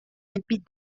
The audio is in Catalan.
ampit